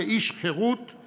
חבר הכנסת אלי אלאלוף.